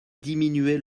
diminuer